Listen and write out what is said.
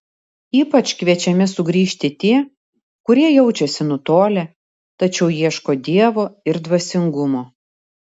ypač kviečiami sugrįžti tie kurie jaučiasi nutolę tačiau ieško dievo ir dvasingumo